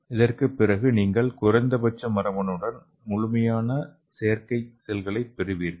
இதற்குப் பிறகு நீங்கள் குறைந்தபட்ச மரபணுவுடன் முழுமையான செயற்கை செல்லைப் பெறுவீர்கள்